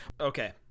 Okay